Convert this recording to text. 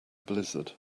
blizzard